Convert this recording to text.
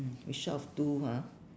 mm we short of two ha